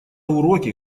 уроки